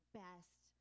best